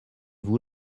vous